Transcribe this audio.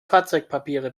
fahrzeugpapiere